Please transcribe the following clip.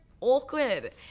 awkward